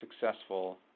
successful